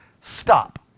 stop